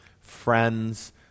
friends